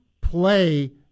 play